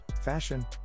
fashion